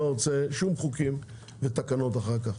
אני לא רוצה שום חוקים ותקנות אחר כך.